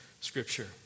scripture